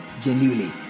genuinely